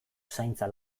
zaintza